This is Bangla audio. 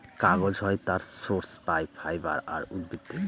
কাগজ হয় তার সোর্স পাই ফাইবার আর উদ্ভিদ থেকে